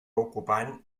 ocupant